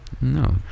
No